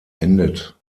endet